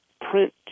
print